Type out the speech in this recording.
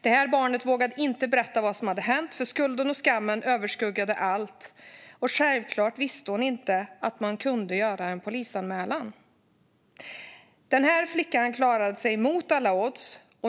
Det här barnet vågade inte berätta vad som hade hänt. Skulden och skammen överskuggade allt. Och självklart visste hon inte att man kunde göra en polisanmälan. Den här flickan klarade sig mot alla odds.